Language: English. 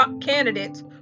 candidates